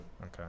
Okay